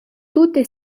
tute